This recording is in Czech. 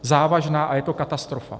Závažná a je to katastrofa.